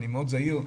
אני מאוד זהיר,